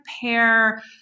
pair